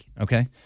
Okay